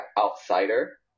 outsider